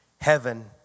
heaven